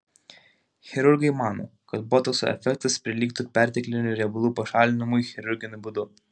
chirurgai mano kad botokso efektas prilygtų perteklinių riebalų pašalinimui chirurginiu būdu